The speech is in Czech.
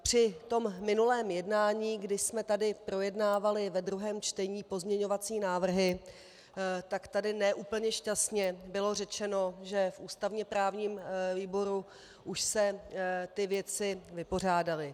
Při minulém jednání, kdy jsme tady projednávali ve druhém čtení pozměňovací návrhy, tak tady ne úplně šťastně bylo řečeno, že v ústavněprávním výboru už se ty věci vypořádaly.